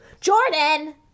Jordan